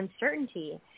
uncertainty